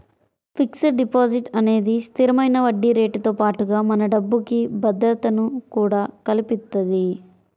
fixed deposit అనేది స్థిరమైన వడ్డీరేటుతో పాటుగా మన డబ్బుకి భద్రతను కూడా కల్పిత్తది